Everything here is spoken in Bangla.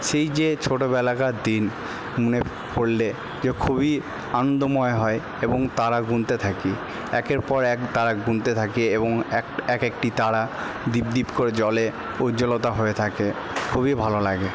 সেই যে ছোটোবেলাকার দিন মনে পড়লে যে খুবই আনন্দময় হয় এবং তারা গুনতে থাকি একের পর এক তারা গুনতে থাকি এবং এক একটি তারা ডিপ ডিপ করে জ্বলে উজ্জ্বলতা হয়ে থাকে খুবই ভালো লাগে